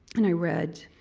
and i read,